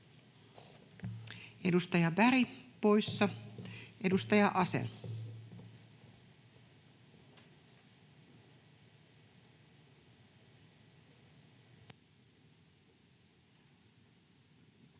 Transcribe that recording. Edustaja Berg, poissa. — Edustaja Asell.